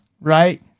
Right